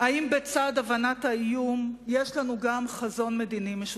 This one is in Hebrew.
ביקשתי לראות אם בצד הבנת האיום יש לנו גם חזון מדיני משותף,